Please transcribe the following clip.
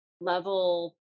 level